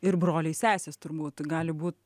ir broliai sesės turbūt gali būt